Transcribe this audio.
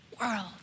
world